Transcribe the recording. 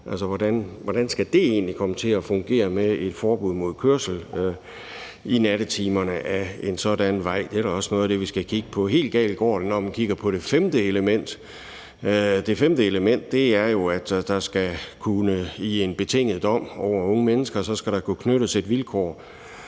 Hvordan skal det egentlig komme til at fungere med et forbud mod kørsel ad en sådan vej i nattetimerne? Det er da også noget af det, vi skal kigge på. Helt galt går det, når man kigger på det femte element. Det femte element er jo, at der i en betinget dom over unge mennesker skal kunne knyttes et vilkår